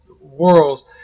worlds